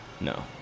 no